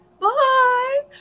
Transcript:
Bye